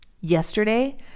Yesterday